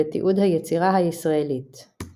לתיעוד היצירה הישראלית ==